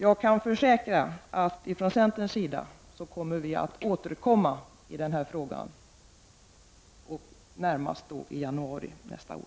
Jag kan försäkra att från centerns sida återkommer vi i den här frågan och närmast då i januari nästa år.